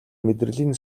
мэдрэлийн